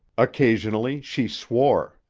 occasionally she swore.